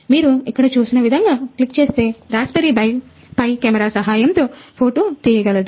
మీరు ఇక్కడ చూపిన విధముగా క్లిక్ చేస్తే Raspberry pi కెమెరా సహాయంతో ఫోటో తీయగలదు